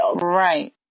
Right